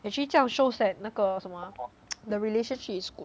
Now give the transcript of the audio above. actually 这样 shows that 那个什么 ah the relationship is good